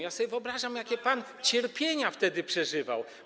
Ja sobie wyobrażam, jakie pan cierpienia wtedy przeżywał.